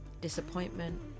disappointment